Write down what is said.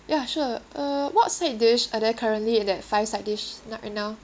ya sure uh what side dish are there currently in that five side dish no~ right now